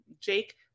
jake